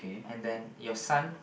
and then your son